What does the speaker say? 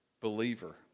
believer